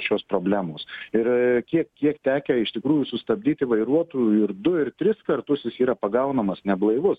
šios problemos ir kiek kiek tekę iš tikrųjų sustabdyti vairuotojų ir du ir tris kartus jis yra pagaunamas neblaivus